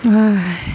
!hais!